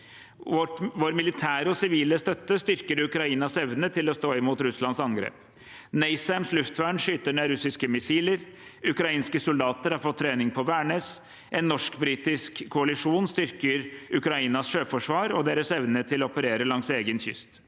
Vår militære og sivile støtte styrker Ukrainas evne til å stå imot Russlands angrep. NASAMS-luftvern skyter ned russiske missiler, ukrainske soldater har fått trening på Værnes, en norsk-britisk koalisjon styrker Ukrainas sjøforsvar og deres evne til å operere langs egen kyst.